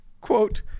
Quote